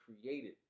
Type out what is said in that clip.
created